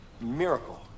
miracle